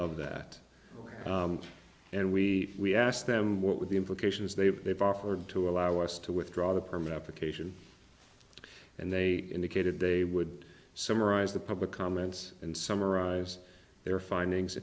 of that and we we asked them what would the implications they've they've offered to allow us to withdraw the permit application and they indicated they would summarize the public comments and summarize their findings